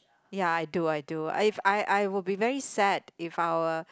ya I do I do if I I would be very sad if our